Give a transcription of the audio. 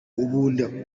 ubundi